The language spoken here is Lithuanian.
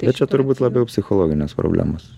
tai čia turbūt labiau psichologinės problemos